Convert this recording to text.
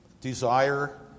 desire